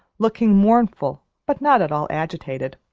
looking mournful but not at all agitated.